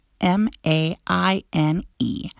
m-a-i-n-e